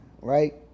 right